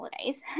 holidays